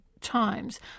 times